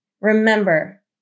Remember